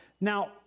Now